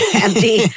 Empty